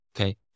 Okay